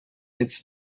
its